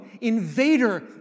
invader